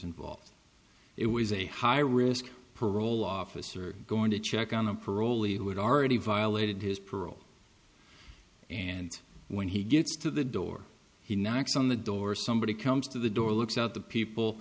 involved it was a high risk parole officer going to check on a parolee who had already violated his parole and when he gets to the door he knocks on the door somebody comes to the door looks out the people